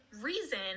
reason